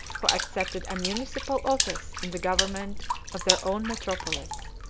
who accepted a municipal office in the government of their own metropolis.